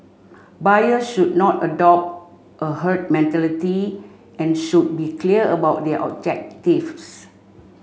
buyers should not adopt a herd mentality and should be clear about their objectives